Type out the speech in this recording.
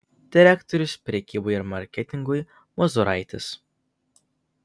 direktorius prekybai ir marketingui mozuraitis